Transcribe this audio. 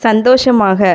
சந்தோஷமாக